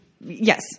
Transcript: Yes